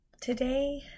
Today